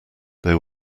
there